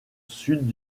sud